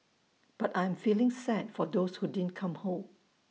but I am feeling sad for those who didn't come home